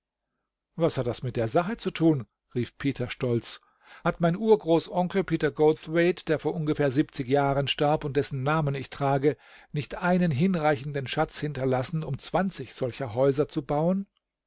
was hat das mit der sache zu tun rief peter stolz hat mein urgroßonkel peter goldthwaite der vor ungefähr siebenzig jahren starb und dessen namen ich trage nicht einen hinreichenden schatz hinterlassen um zwanzig solcher häuser zu bauen